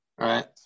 right